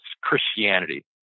Christianity